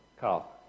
Carl